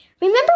remember